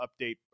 update